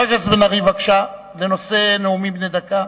חבר הכנסת בן-ארי, בבקשה, בנושא נאומים בני דקה.